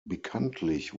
bekanntlich